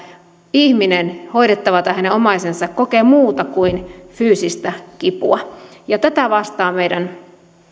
ihminen hoidettava tai hänen omaisensa kokee muuta kuin fyysistä kipua tätä vastaan meidän